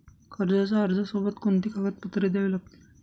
कर्जाच्या अर्जासोबत कोणती कागदपत्रे द्यावी लागतील?